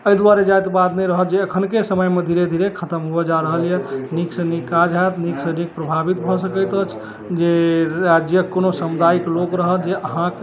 एहि दुआरे जातिवाद नहि रहत जे अखनके समयमे धीरे धीरे खत्म होमय जा रहल यऽ नीकसँ नीक काज होयत नीकसँ नीक प्रभावित भऽ सकैत अछि जे राज्यक कोनो समुदायिक लोक रहत जे अहाँ